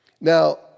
now